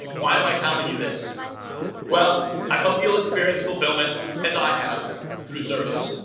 why am i telling you this well i hope you'll experience fulfillment as i have through service